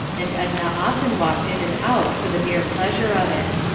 and edna often walked in and out for the mere pleasure of it.